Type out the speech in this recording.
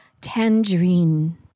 Tangerine